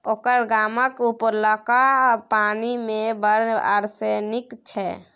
ओकर गामक उपरलका पानि मे बड़ आर्सेनिक छै